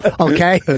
okay